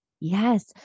Yes